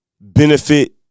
benefit